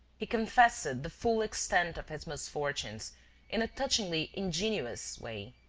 he confessed the full extent of his misfortunes in a touchingly ingenuous way